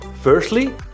Firstly